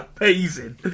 Amazing